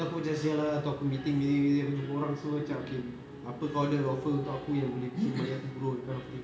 terus aku macam [sial] ah terus aku meeting meeting meeting aku jumpa orang semua macam okay apa kau ada offer untuk aku yang boleh bikin money aku grow that kind of thing